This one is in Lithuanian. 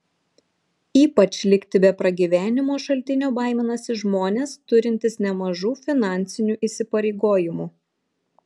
ypač likti be pragyvenimo šaltinio baiminasi žmonės turintys nemažų finansinių įsipareigojimų